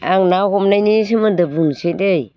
आं ना हमनायनि सोमोन्दो बुंसै दे